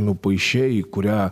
nupaišei kurią